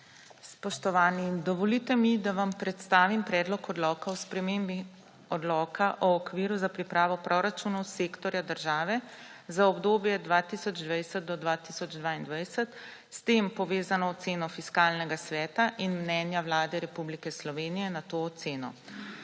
Spoštovani! Dovolite mi, da vam predstavim Predlog odloka o spremembah Odloka o okviru za pripravo proračunov sektorja države za obdobje od 2020 do 2022, s tem povezano oceno Fiskalnega sveta in mnenje Vlade Republike Slovenije na to oceno.